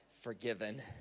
forgiven